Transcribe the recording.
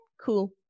cool